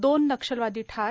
दोन नक्षलवादी ठार